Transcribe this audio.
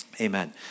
Amen